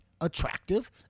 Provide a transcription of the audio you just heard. attractive